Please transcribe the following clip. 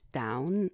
down